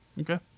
Okay